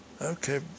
Okay